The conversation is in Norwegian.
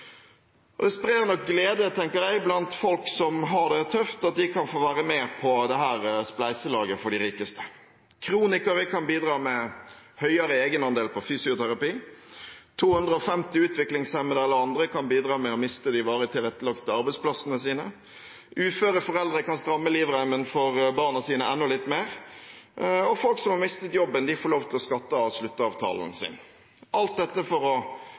Det sprer nok glede, tenker jeg, blant folk som har det tøft, at de kan få være med på dette spleiselaget for de rikeste. Kronikere kan bidra med høyere egenandel på fysioterapi, 250 utviklingshemmede eller andre kan bidra med å miste de varig tilrettelagte arbeidsplassene sine, uføre foreldre kan stramme livreimen for barna sine enda litt mer, og folk som har mistet jobben, får lov til å skatte av sluttavtalen sin – alt dette for å